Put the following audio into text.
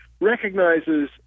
recognizes